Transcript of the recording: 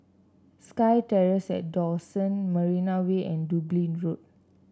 SkyTerrace at Dawson Marina Way and Dublin Road